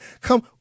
Come